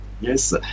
Yes